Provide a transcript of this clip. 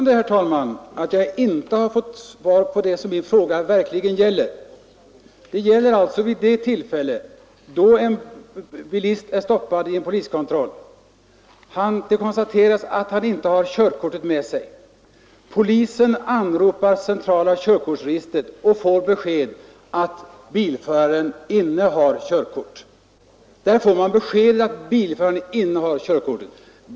Herr talman! Jag har inte fått svar på det som min fråga verkligen gäller. En bilist stoppas i en poliskontroll och det konstateras att han inte har körkortet med sig. Polisen anropar centrala körkortsregistret och får besked om att bilföraren innehar körkort.